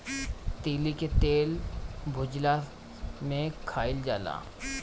तीली के तेल भुखला में खाइल जाला